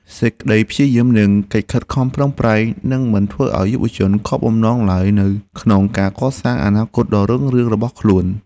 សេចក្តីព្យាយាមនិងការខិតខំប្រឹងប្រែងនឹងមិនធ្វើឱ្យយុវជនខកបំណងឡើយនៅក្នុងការកសាងអនាគតដ៏រុងរឿងរបស់ខ្លួន។